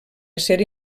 acer